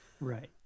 Right